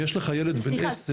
אם יש לך ילד בן 10?